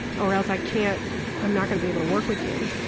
or else i can't i'm not gonna be able to work with you.